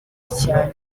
cyane